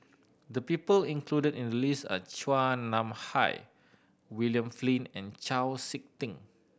the people included in list are Chua Nam Hai William Flint and Chau Sik Ting